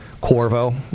Corvo